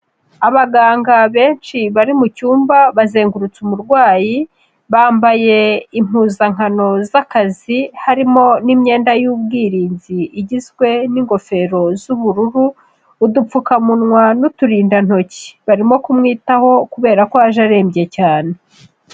Abaganga benshi bari mu cyumba bazengurutse umurwayi, bambaye impuzankano z'akazi, harimo n'imyenda y'ubwirinzi igizwe n'ingofero z'ubururu, udupfukamunwa n'uturindantoki. Barimo kumwitaho kubera ko aje arembye cyane.